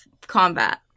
combat